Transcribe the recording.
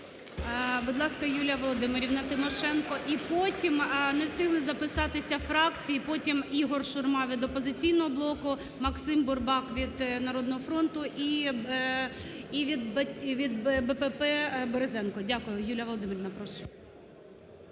Будь ласка, Юлія Володимирівна Тимошенко. І потім, не встигли записатись фракції, потім Ігор Шурма від "Опозиційного блоку", Максим Бурбак від "Народного фронту" і від БПП Березенко. Дякую. Юлія Володимирівна, прошу.